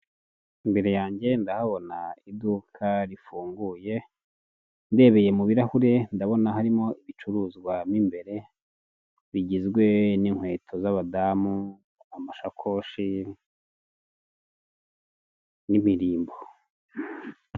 Imbere yanjye ndahabona iduka rifunguye ndebeye mu birahure ndabona harimo ibicuruzwa mo imbere bigizwe n'inkweto z'abadamu, amashakoshi, n'imirimbo.